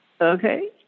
okay